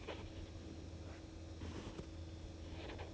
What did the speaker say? as in no other crew has been offered and given this thing right